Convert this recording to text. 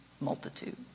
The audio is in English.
multitude